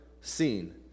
seen